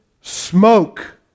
smoke